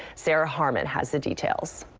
sarah harman has the details.